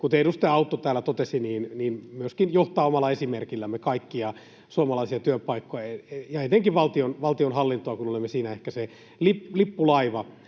kuten edustaja Autto täällä totesi, myöskin johtaa omalla esimerkillämme kaikkia suomalaisia työpaikkoja ja etenkin valtionhallintoa, kun olemme siinä ehkä se lippulaiva.